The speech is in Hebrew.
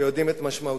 ויודעים את משמעותם.